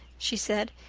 she said.